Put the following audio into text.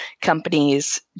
companies